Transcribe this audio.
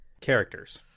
characters